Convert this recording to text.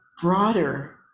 broader